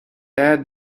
add